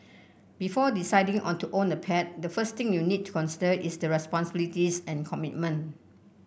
before deciding on to own a pet the first thing you need to consider is the responsibilities and commitment